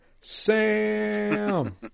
Sam